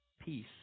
peace